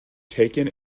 taken